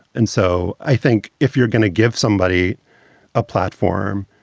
and so i think if you're going to give somebody a platform,